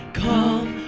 come